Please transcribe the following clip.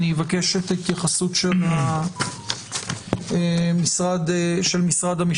אני אבקש את ההתייחסות של משרד המשפטים,